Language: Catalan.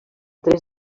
tres